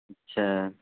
اچھا